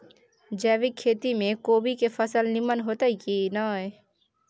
जैविक खेती म कोबी के फसल नीमन होतय की नय?